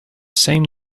same